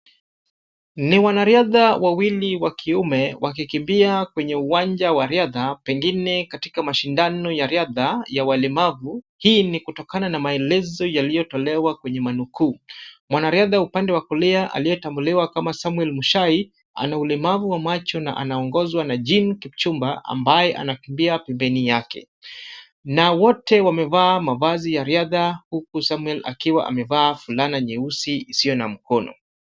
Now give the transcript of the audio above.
Ni wanariadha wawili wa kiume, wakikimbia kwenye uwanja wa riadha, pengine katika mashindano ya riadha ya walemavu , hii ni kutokana na maelezo yaliyotolewa kwenye manukuu. Mwanariadha upande wa kulia aliyetambuliwa kama Samuel Muchai ana ulemavu wa macho na anaongozwa na Jin Kipchumba, anakimbia pembeni yake. Na wote wamevaa mavazi ya riadha huku Samuel akiwa amevaa fulana nyeusi isiyo na mkono.